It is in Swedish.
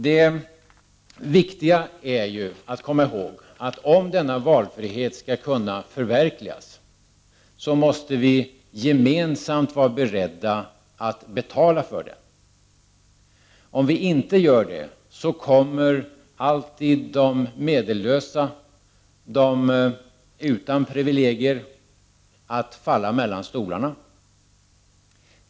Det viktiga är att komma ihåg att om denna valfrihet skall kunna förverkligas, måste vi gemensamt vara beredda att betala för den. Om vi inte är det, så kommer alltid de medellösa, de utan privilegier, att falla mellan stolarna.